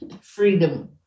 freedom